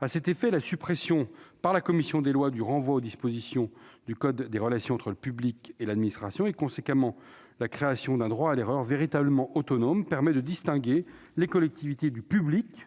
À cet égard, la suppression par la commission des lois du renvoi aux dispositions du code des relations entre le public et l'administration, et conséquemment la création d'un droit à l'erreur véritablement autonome, permet de distinguer les collectivités du public,